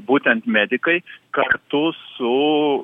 būtent medikai kartu su